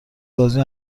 بازی